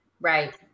Right